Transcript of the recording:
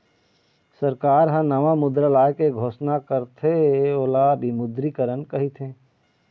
सरकार ह नवा मुद्रा लाए के घोसना करथे ओला विमुद्रीकरन कहिथें